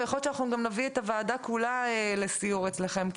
ויכול להיות שנביא את הוועדה כולה לסיור אצלכם.